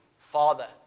Father